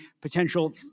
potential